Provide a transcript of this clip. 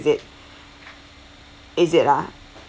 is it ah